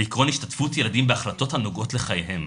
ועיקרון השתתפות ילדים בהחלטות הנוגעות לחייהם.